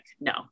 No